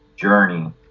journey